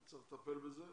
צריך לטפל בזה.